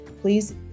please